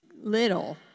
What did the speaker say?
little